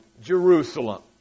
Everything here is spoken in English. Jerusalem